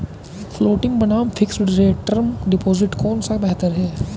Floating बनाम fixed rate term deposit कौन सा बेहतर है?